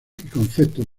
conceptos